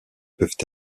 peuvent